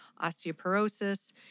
osteoporosis